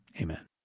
Amen